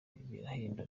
birahenda